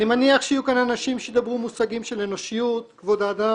אני מניח שיהיו כאן אנשים שידברו במושגים של אנושיות וכבוד האדם.